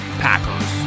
Packers